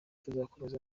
tuzakomeza